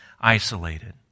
isolated